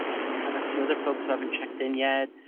we have a few other folks who haven't checked-in yet.